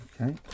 Okay